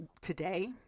today